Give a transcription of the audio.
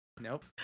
Nope